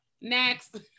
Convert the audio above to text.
Next